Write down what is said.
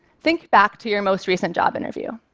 think back to your most recent job interview.